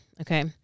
okay